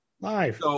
live